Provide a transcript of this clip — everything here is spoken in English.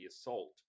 assault